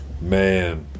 Man